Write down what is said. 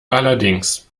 allerdings